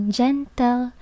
gentle